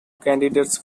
candidates